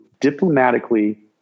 diplomatically